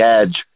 edge